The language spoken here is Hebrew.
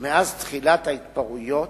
מאז תחילת ההתפרעויות